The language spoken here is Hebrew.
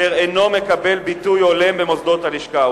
נתון אשר אינו מקבל ביטוי הולם במוסדות הלשכה,